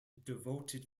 devoted